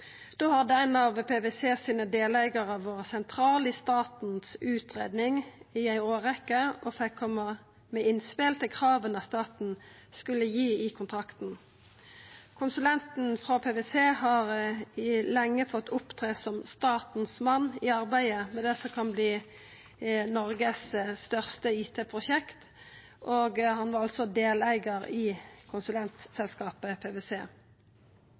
ein av PwC sine deleigarar vore sentral i staten si utgreiing i ei årrekkje og fekk koma med innspel til krava staten skulle gi i kontrakten. Konsulenten frå PwC har lenge fått opptre som staten sin mann i arbeidet med det som kan verta Noregs største IT-prosjekt – og han var altså deleigar i konsulentselskapet